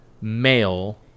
male